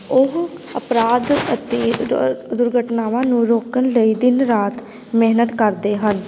ਉਹ ਅਪਰਾਧ ਅਤੇ ਦ ਦੁਰਘਟਨਾਵਾਂ ਨੂੰ ਰੋਕਣ ਲਈ ਦਿਨ ਰਾਤ ਮਿਹਨਤ ਕਰਦੇ ਹਨ